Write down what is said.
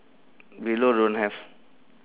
below don't have